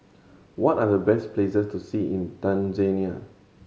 what are the best places to see in Tanzania